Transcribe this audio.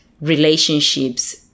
relationships